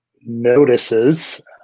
notices